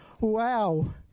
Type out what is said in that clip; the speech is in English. wow